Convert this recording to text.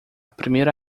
primeira